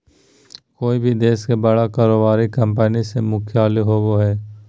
कोय भी देश के बड़ा कारोबारी कंपनी के मुख्यालय होबो हइ